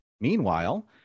Meanwhile